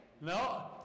No